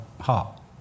heart